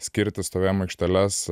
skirti stovėjimo aikšteles